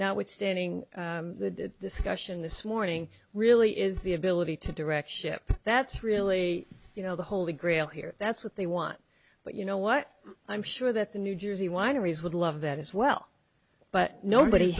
now what's standing the discussion this morning really is the ability to direct ship that's really you know the holy grail here that's what they want but you know what i'm sure that the new jersey wineries would love that as well but nobody